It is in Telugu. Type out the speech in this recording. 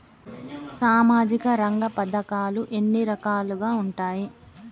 సామాజిక రంగ పథకాలు ఎన్ని రకాలుగా ఉంటాయి?